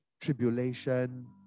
tribulation